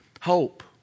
hope